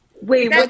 Wait